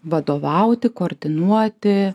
vadovauti koordinuoti